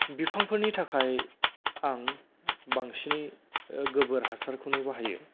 बिफांफोरनि थाखाय आं बांसिनै गोबोर हासारखौनो बाहायो